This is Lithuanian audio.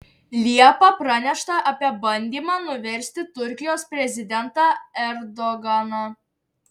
liepą pranešta apie bandymą nuversti turkijos prezidentą erdoganą